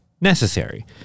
necessary